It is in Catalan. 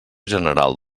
general